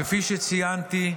כפי שציינתי,